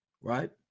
right